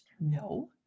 No